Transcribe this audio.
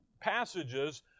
passages